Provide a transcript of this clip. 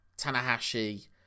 tanahashi